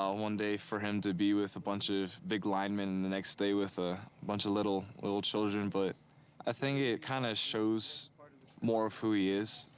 ah one day for him to be with a bunch of big linemen and the next day with a bunch of little little children, but i ah think it kind of shows more of who he is.